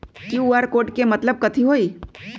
QR code के मतलब कथी होई?